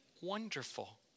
wonderful